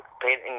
painting